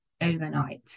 overnight